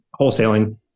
wholesaling